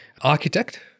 architect